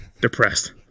depressed